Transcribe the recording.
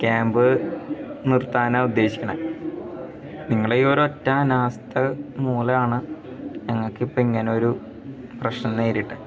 camp നിർത്താനാണ് ഉദ്ദേശിക്കണേ നിങ്ങളീ ഒരൊറ്റ അനാസ്ഥ മൂലമാണ് ഞങ്ങൾക്കിപ്പം ഇങ്ങനൊരു പ്രശ്നം നേരിട്ടത്